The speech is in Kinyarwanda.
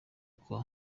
kwa